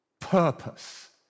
purpose